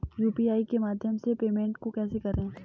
UPI के माध्यम से पेमेंट को कैसे करें?